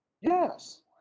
Yes